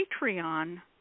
Patreon